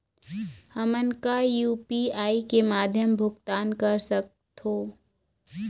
हमन का यू.पी.आई के माध्यम भुगतान कर सकथों?